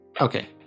Okay